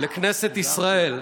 לכנסת ישראל,